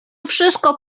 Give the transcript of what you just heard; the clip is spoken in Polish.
wszystko